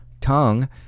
tongue